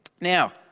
Now